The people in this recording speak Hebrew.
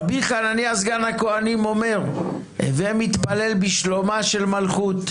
רבי חנינא סגן הכהנים אומר: הווי מתפלל בשלומה של מלכות,